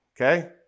Okay